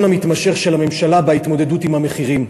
המתמשך של הממשלה בהתמודדות עם המחירים.